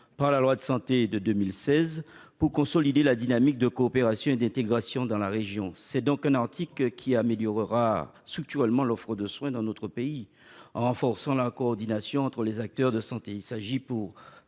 du système de santé de 2016, afin de consolider la dynamique de coopération et d'intégration dans la région. Sa mise en oeuvre améliorera structurellement l'offre de soins dans notre pays en renforçant la coordination entre les acteurs de santé. Il s'agit par